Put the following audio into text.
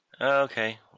Okay